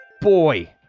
Boy